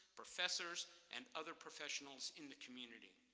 professors, and other professionals in the community.